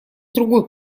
другой